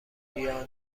بیا